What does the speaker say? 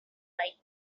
like